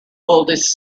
oldest